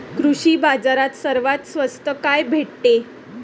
कृषी बाजारात सर्वात स्वस्त काय भेटते?